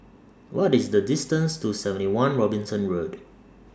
What IS The distance to seventy one Robinson Road